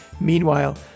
Meanwhile